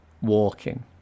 walking